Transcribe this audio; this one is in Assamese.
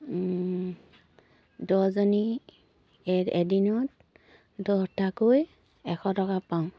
দহজনী এ এদিনত দহটাকৈ এশ টকা পাওঁ